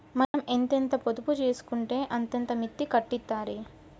మనం ఎంతెంత పొదుపు జేసుకుంటే అంతంత మిత్తి కట్టిత్తరాయె